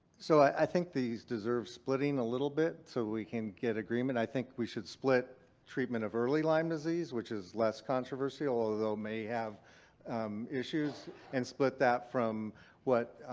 so i think these deserve splitting a little bit so we can get agreement. i think we should split treatment of early lyme disease which is less controversial, although it may have issues and split that from what.